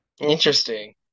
Interesting